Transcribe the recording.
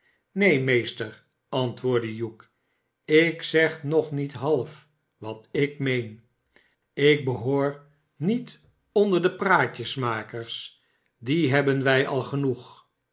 meester antwoordde hugh slk zeg nog niet half wat ik meen ik behoor niet onder de praatjesmakers die hebben wij al genoeg